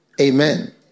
Amen